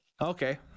Okay